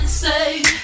say